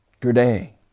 Today